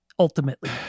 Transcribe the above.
Ultimately